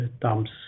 dumps